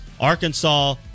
Arkansas